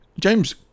James